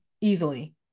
Easily